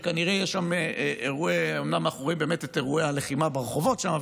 אנחנו אומנם רואים את אירועי הלחימה ברחובות שם,